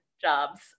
jobs